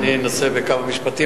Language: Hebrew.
ואני אנסה בכמה משפטים,